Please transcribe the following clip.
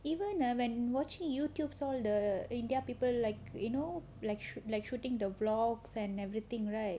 even when watching YouTube all the india people like you know like shooting the vlogs and everything right